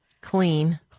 Clean